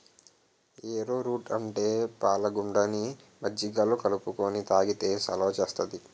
ఏరో route అంటే పాలగుండని మజ్జిగలో కలుపుకొని తాగితే సలవ సేత్తాది